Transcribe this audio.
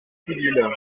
civiles